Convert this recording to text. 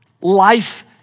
life